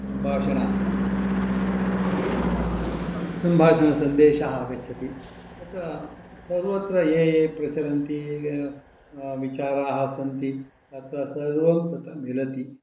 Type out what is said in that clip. सम्भाषण सम्भाषणसन्देशः आगच्छति तत्र सर्वत्र ये ये प्रचलन्ति विचाराः सन्ति तत्र सर्वं तत्र मिलति